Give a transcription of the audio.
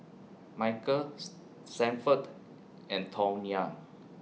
Michael's Sanford and Tawnya